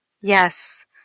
Yes